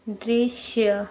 दृश्य